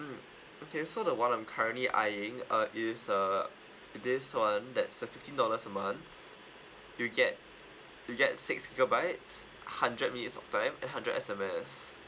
mm okay so the one I'm currently eyeing uh is uh this one that's fifteen dollars a month you'll get you'll get six gigabytes hundred minutes talk time eight hundreds S_M_S